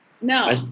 No